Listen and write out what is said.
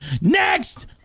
Next